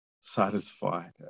satisfied